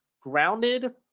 grounded